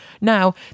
Now